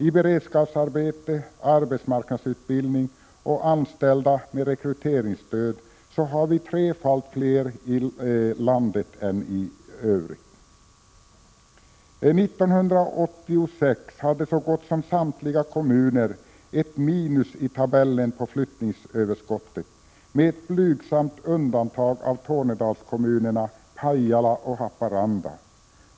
I beredskapsarbete, arbetsmarknadsutbildning och anställda med rekryteringsstöd har vi trefalt fler än landet i övrigt. 1986 hade så gott som samtliga kommuner ett minus i tabellen på flyttningsöverskottet med blygsamt undantag av Tornedalskommunerna Pajala och Haparanda.